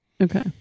Okay